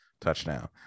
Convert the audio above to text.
touchdown